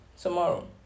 tomorrow